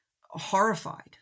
Horrified